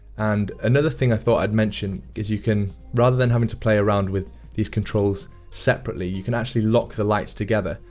and another thing i thought i'd mention is you can, rather than having to play around with these controls separately, you can actually lock the lights together.